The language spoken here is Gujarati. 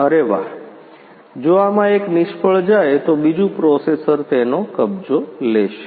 અરે વાહ જો આમાં એક નિષ્ફળ જાય તો બીજું પ્રોસેસર તેનો કબજો લેશે